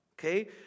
okay